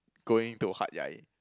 going to Hat-Yai